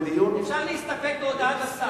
אפשר להסתפק בהודעת השר.